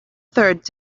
third